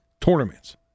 tournaments